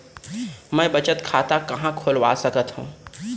मै बचत खाता कहाँ खोलवा सकत हव?